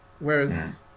Whereas